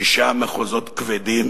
שישה מחוזות כבדים